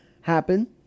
happen